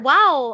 Wow